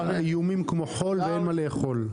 איומים כמו חול ואין מה לאכול.